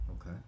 Okay